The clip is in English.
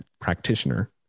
practitioner